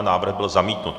Návrh byl zamítnut.